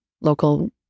local